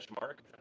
mark